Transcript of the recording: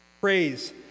Praise